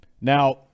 Now